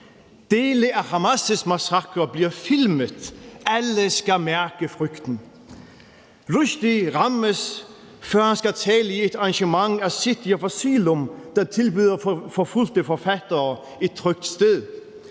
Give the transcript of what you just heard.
Dele af Hamas' massakrer bliver filmet. Alle skal mærke frygten. Rushdie rammes, før han skal tale til et arrangement af City of Asylum, der tilbyder forfulgte forfattere et trygt sted.